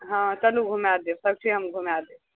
हँ चलू घुमाय देब सब चीज हम घुमाय देब